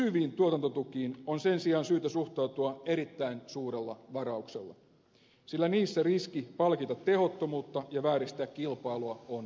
pysyviin tuotantotukiin on sen sijaan syytä suhtautua erittäin suurella varauksella sillä niissä riski palkita tehottomuutta ja vääristää kilpailua on ilmeinen